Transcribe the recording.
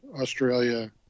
Australia